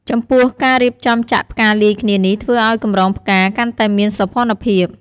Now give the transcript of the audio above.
ចំពោះ ការរៀបចំចាក់ផ្កាលាយគ្នានេះធ្វើឲ្យកម្រងផ្កាកាន់តែមានសោភ័ណភាព។